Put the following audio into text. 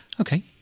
Okay